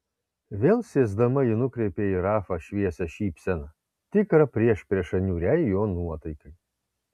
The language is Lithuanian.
vėl sėsdama ji nukreipė į rafą šviesią šypseną tikrą priešpriešą niūriai jo nuotaikai